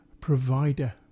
Provider